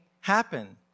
happen